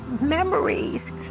memories